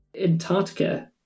Antarctica